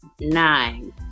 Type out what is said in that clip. Nine